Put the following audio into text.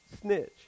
snitch